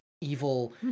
evil